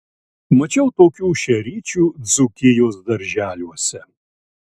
mačiau tokių šeryčių dzūkijos darželiuose